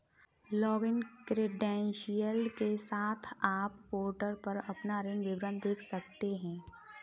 login credential के साथ, आप पोर्टल पर अपना ऋण विवरण देख सकते हैं